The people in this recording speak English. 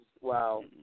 wow